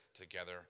together